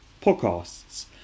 podcasts